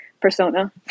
persona